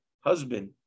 husband